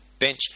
bench